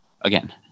Again